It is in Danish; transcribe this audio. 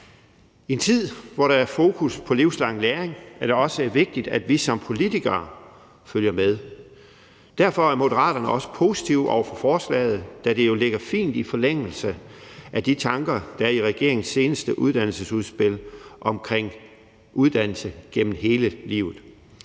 I en tid, hvor der er fokus på livslang læring, er det også vigtigt, at vi som politikere følger med. Derfor er Moderaterne også positive over for forslaget, da det jo ligger fint i forlængelse af de tanker, der er i regeringens seneste uddannelsesudspil omkring uddannelse gennem hele livet.